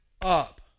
up